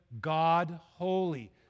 God-holy